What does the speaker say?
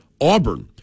Auburn